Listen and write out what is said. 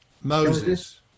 Moses